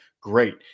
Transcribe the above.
great